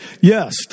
yes